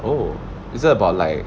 oh is it about like